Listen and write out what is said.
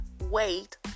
wait